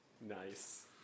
Nice